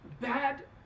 bad